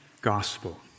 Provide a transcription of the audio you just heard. gospel